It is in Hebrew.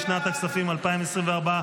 לשנת הכספים 2024,